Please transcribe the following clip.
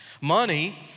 Money